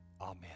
Amen